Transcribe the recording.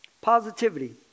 Positivity